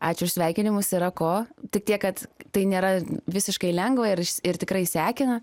ačiū už sveikinimus yra ko tik tiek kad tai nėra visiškai lengva ir ir tikrai sekina